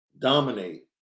Dominate